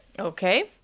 Okay